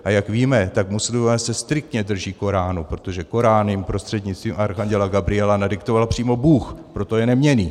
A jak víme, tak muslimové se striktně drží Koránu, protože korán jim prostřednictvím archanděla Gabriela nadiktoval přímo Bůh, proto je neměnný.